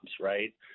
Right